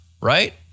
right